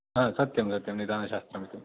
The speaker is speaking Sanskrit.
हा सत्यं सत्यं निदानशास्त्रमिति